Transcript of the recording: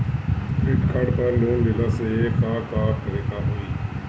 Credit card पर loan लेला से का का करे क होइ?